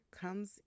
comes